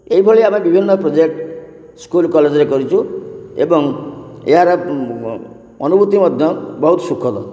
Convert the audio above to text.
ଏହିଭଳି ଆମେ ବିଭିନ୍ନ ପ୍ରୋଜେକ୍ଟ ସ୍କୁଲ୍ କଲେଜ୍ରେ କରିଛୁ ଏବଂ ଏହାର ଅନୁଭୂତି ମଧ୍ୟ ବହୁତ ସୁଖଦ